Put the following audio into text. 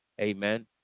Amen